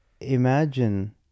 Imagine